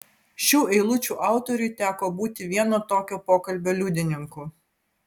šių eilučių autoriui teko būti vieno tokio pokalbio liudininku